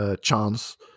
chance